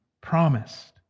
promised